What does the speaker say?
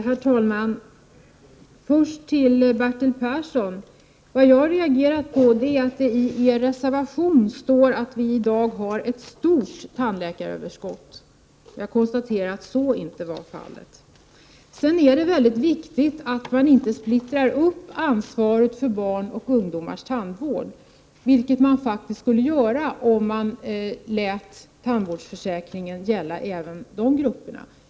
Herr talman! Först vill jag säga till Bertil Persson att jag reagerade på att det i er reservation står att vi i dag har ett stort tandläkaröverskott. Jag konstaterade att så inte är fallet. Det är väldigt viktigt att vi inte splittrar upp ansvaret för barns och ungdomars tandvård, vilket vi skulle göra om vi lät tandvårdsförsäkringen även gälla dessa grupper.